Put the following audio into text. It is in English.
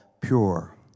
pure